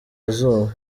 izuba